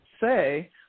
say